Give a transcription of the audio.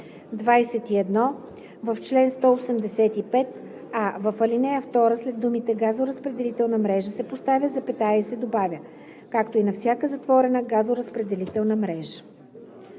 21. В чл. 185: а) в ал. 2 след думите „газоразпределителна мрежа“ се поставя запетая и се добавя „както и на всяка затворена газоразпределителна мрежа“;